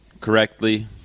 correctly